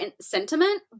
sentiment